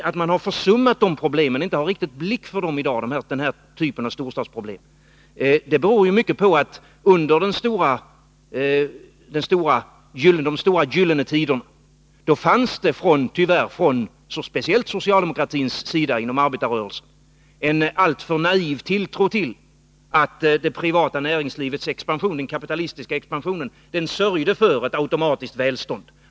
Att man har försummat dessa problem, och i dag inte har riktig blick för denna typ av storstadsproblem, beror mycket på att under de stora, gyllene tiderna fanns det, tyvärr, från socialdemokratins sida inom arbetarrörelsen en alltför naiv tilltro till att det privata näringslivets expansion, den kapitalistiska expansionen, sörjde för ett automatiskt välstånd.